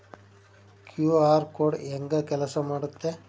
QR code ಹೆಂಗ ಕೆಲಸ ಮಾಡುತ್ತೆ?